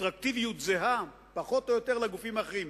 אטרקטיביות זהה פחות או יותר לגופים האחרים,